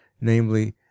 namely